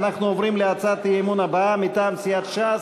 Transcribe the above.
ואנחנו עוברים להצעת אי-אמון הבאה מטעם סיעת ש"ס,